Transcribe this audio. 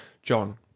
John